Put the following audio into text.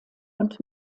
und